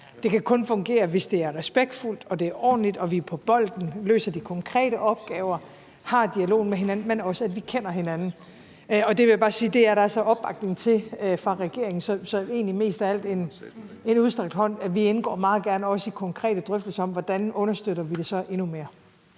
det kan kun fungere, hvis det er respektfuldt og det er ordentligt og vi er på bolden, løser de konkrete opgaver, har dialogen med hinanden, men også kender hinanden. Og det vil jeg altså bare sige at der er opbakning til fra regeringens side. Så det er egentlig mest af alt en udstrakt hånd. Vi indgår også meget gerne i konkrete drøftelser om, hvordan vi så understøtter det endnu mere.